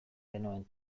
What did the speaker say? genuen